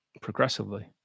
progressively